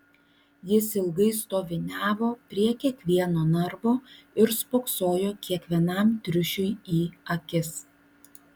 jis ilgai stoviniavo prie kiekvieno narvo ir spoksojo kiekvienam triušiui į akis